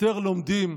יותר לומדים.